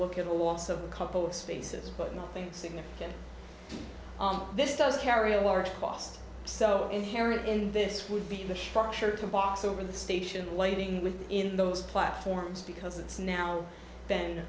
look at a loss of a couple of spaces but nothing significant this does carry a large cost so inherent in this would be the structure of the box over the station lighting with in those platforms because it's now been